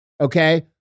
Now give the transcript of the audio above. okay